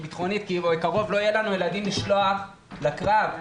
כי בקרוב לא יהיו לנו ילדים לשלוח לקרב.